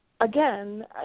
again